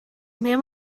man